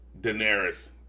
Daenerys